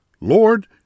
Lord